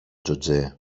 τζοτζέ